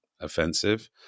offensive